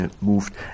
moved